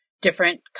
different